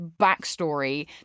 backstory